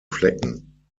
flecken